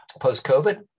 post-COVID